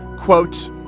quote